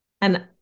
and-